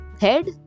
Head